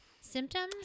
symptoms